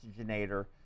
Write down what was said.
oxygenator